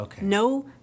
No